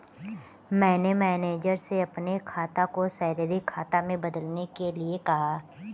मैंने मैनेजर से अपने खाता को सैलरी खाता में बदलने के लिए कहा